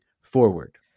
forward